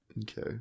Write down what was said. Okay